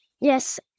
Yes